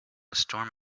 storm